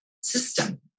system